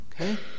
Okay